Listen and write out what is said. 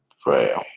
prayer